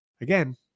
Again